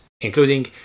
including